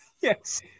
yes